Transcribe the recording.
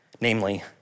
Namely